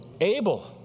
Abel